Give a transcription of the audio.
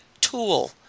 tool